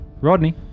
Rodney